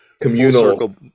Communal